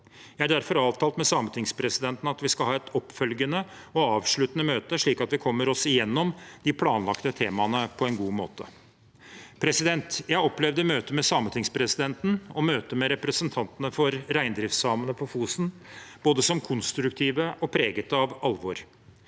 Jeg har derfor avtalt med sametingspresidenten at vi skal ha et oppfølgende og avsluttende møte, slik at vi kommer oss igjennom de planlagte temaene på en god måte. Jeg opplevde møtet med sametingspresidenten og møtene med representantene for reindriftssamene på Fosen som både konstruktive og preget av alvor.